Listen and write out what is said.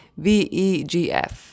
VEGF